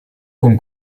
con